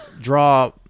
draw